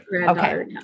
Okay